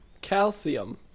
Calcium